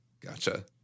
gotcha